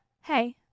Hey